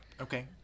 Okay